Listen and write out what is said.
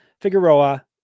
Figueroa